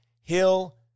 hill